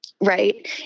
Right